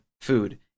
food